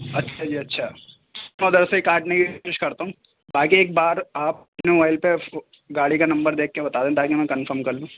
اچھا جی اچھا میں ادھر سے ہی کاٹنے کی کوشش کرتا ہوں باقی ایک بار آپ اپنے موبائل پہ گاڑی کا نمبر دیکھ کے بتا دیں تاکہ میں کنفرم کر لوں